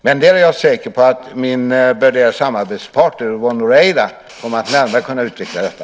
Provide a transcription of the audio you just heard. Men jag är säker på att min värderade samarbetspartner Yvonne Ruwaida kommer att närmare kunna utveckla detta.